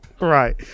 Right